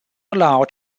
allowed